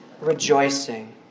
Rejoicing